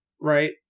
right